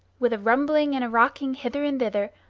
with a rumbling and a rocking hither and thither,